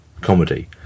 comedy